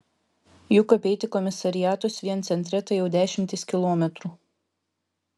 juk apeiti komisariatus vien centre tai jau dešimtys kilometrų